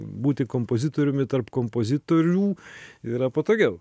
būti kompozitoriumi tarp kompozitorių yra patogiau